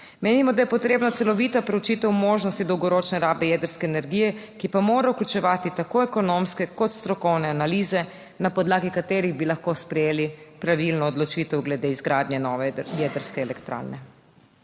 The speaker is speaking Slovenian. Menimo, da je potrebna celovita preučitev možnosti dolgoročne rabe jedrske energije, ki pa mora vključevati tako ekonomske kot strokovne analize, na podlagi katerih bi lahko sprejeli pravilno odločitev glede izgradnje nove jedrske elektrarne.